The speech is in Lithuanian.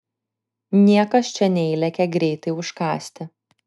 niekas čia neįlekia greitai užkąsti